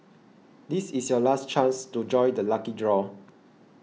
this is your last chance to join the lucky draw